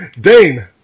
Dane